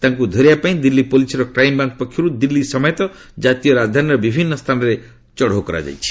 ତାଙ୍କୁ ଧରିବା ପାଇଁ ଦିଲ୍ଲୀ ପୋଲିସର କ୍ରାଇମବ୍ରାଞ୍ଚ ପକ୍ଷରୁ ଦିଲ୍ଲୀ ସମେତ ଜାତୀୟ ରାଜଧାନୀର ବିଭିନ୍ନ ସ୍ଥାନରେ ଚଢ଼ଉ କରାଯାଉଛି